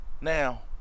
Now